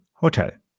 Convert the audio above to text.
Hotel